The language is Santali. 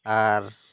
ᱟᱨ